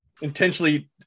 intentionally